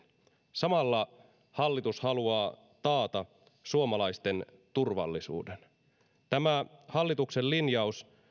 samalla hallitus haluaa taata suomalaisten turvallisuuden hallituksen linjaus